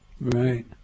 Right